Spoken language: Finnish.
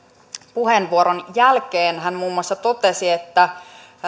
puheenvuoron jälkeen hän muun muassa totesi että